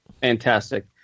Fantastic